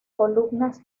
columnas